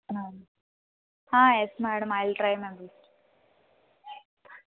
yes madam iwill try my best